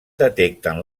detecten